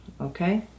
Okay